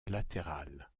latérale